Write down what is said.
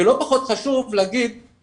דווקא עכשיו כשהם לא נמצאים במוסדות.